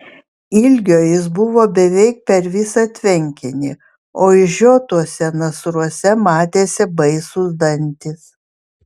ilgio jis buvo beveik per visą tvenkinį o išžiotuose nasruose matėsi baisūs dantys